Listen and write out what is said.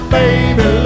baby